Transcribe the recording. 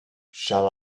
shall